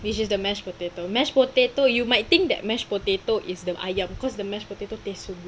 which is the mashed potato mashed potato you might think that mashed potato is the ayam because the mashed potato tastes so good